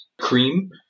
cream